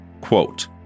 Quote